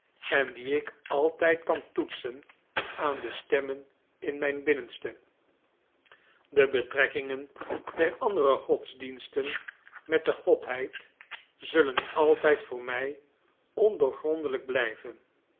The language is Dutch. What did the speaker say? en die ik altijd kan toetsen aan de stemmen in mijn binnenste de betrekkingen der andere godsdiensten met de godheid zullen altijd voor mij ondoorgrondelijk blijven